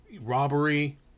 robbery